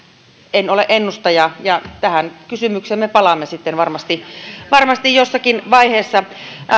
en ole ennustaja tähän kysymykseen me palaamme sitten varmasti varmasti jossakin vaiheessa